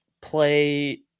play